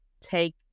take